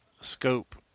scope